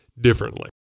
differently